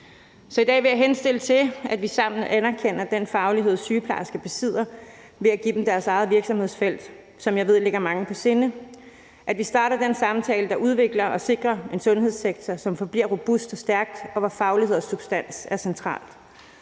Så i dag vil jeg henstille til, at vi sammen anerkender den faglighed, sygeplejersker besidder, ved at give dem deres eget virksomhedsfelt, som jeg ved ligger mange på sinde, og ved at vi starter den samtale, der udvikler og sikrer en sundhedssektor, som forbliver robust og stærk, og hvor faglighed og substans er centralt.